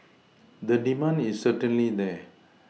the demand is certainly there